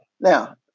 Now